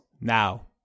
now